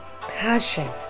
passion